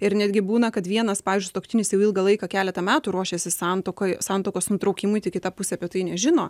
ir netgi būna kad vienas pavyzdžiui sutuoktinis jau ilgą laiką keletą metų ruošėsi santuokai santuokos nutraukimui tik kita pusė apie tai nežino